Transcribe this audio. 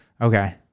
Okay